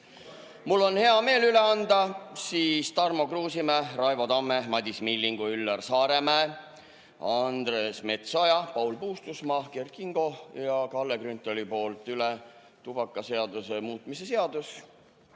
Mul on hea meel üle anda Tarmo Kruusimäe, Raivo Tamme, Madis Millingu, Üllar Saaremäe, Andres Metsoja, Paul Puustusmaa, Kert Kingo ja Kalle Grünthali nimel tubakaseaduse muutmise seaduse